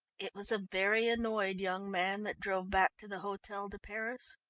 it was a very annoyed young man that drove back to the hotel de paris.